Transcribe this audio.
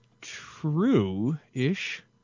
true-ish